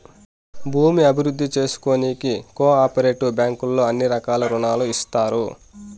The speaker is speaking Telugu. భూమి అభివృద్ధి చేసుకోనీకి కో ఆపరేటివ్ బ్యాంకుల్లో అన్ని రకాల రుణాలు ఇత్తారు